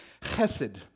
chesed